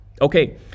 Okay